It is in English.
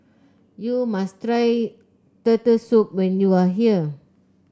you must try Turtle Soup when you are here